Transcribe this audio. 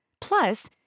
Plus